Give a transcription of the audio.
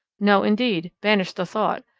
no, indeed, banish the thought,